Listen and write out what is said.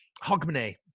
Hogmanay